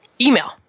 email